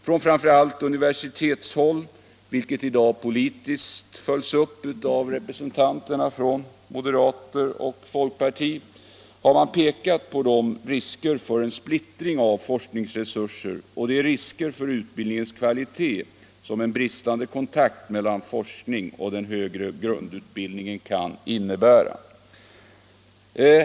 Från framför allt universitetshåll — vilket i dag politiskt följs upp av representanter för moderaterna och folkpartiet — har man pekat på de risker för en splittring av forskningsresurserna och de risker för utbildningens kvalitet som en bristande kontakt mellan forskningen och den högre grundutbildningen kan innebära.